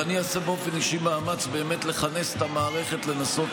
ואני באופן אישי אעשה מאמץ לכנס את המערכת לנסות